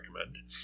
recommend